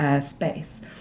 space